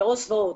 אני עו"ס ועו"ד.